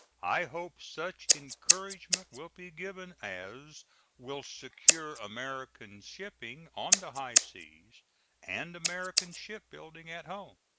i hope such encouragement will be given as will secure american shipping on the high seas and american shipbuilding at home.